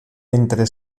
entre